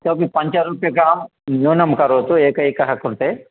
इतोपि पञ्चरूप्यकाणि न्यूनं करोतु एक एकः कृते